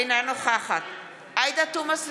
אינה נוכחת עאידה תומא סלימאן,